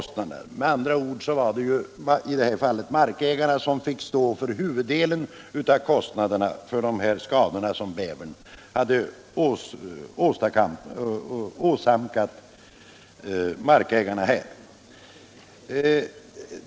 Således var det i detta fall markägaren som fick stå för huvuddelen av kostnaderna för de skador bävern hade orsakat.